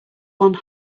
one